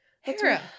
Hera